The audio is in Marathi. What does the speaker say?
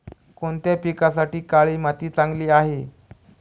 कोणत्या पिकासाठी काळी माती चांगली आहे?